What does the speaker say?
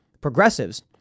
progressives